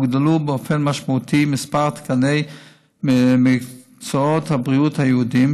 הוגדל באופן משמעותי מספר תקני מקצועות הבריאות הייעודיים,